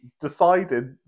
decided